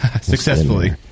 successfully